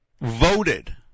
voted